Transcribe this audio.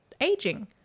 aging